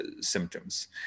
symptoms